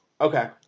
Okay